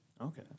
Okay